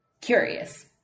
Curious